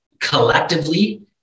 collectively